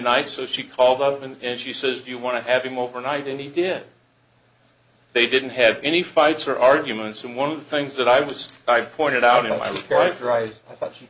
night so she called up and she says you want to have him overnight and he did they didn't have any fights or arguments and one of the things that i was i pointed out in my